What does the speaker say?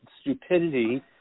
stupidity